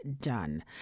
done